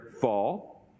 fall